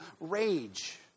rage